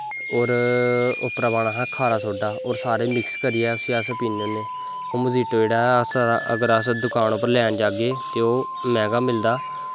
horror उप्पर पाना असें खारा सोड्डा होर सारे मिक्स करियै उस्सी अस पीन्ने होन्ने ओह् मज़ीटो जेह्ड़ा अगर अस दकान पर लैन जाह्गे ते ओह् मैंह्गा मिलदा